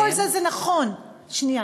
כל זה נכון, שנייה